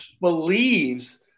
believes